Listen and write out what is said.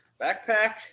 backpack